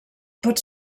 pot